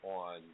on